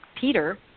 Peter